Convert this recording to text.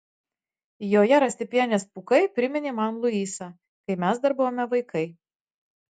joje rasti pienės pūkai priminė man luisą kai mes dar buvome vaikai